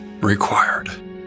required